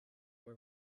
were